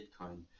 Bitcoin